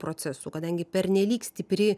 procesų kadangi pernelyg stipri